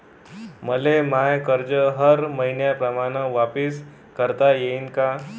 मले माय कर्ज हर मईन्याप्रमाणं वापिस करता येईन का?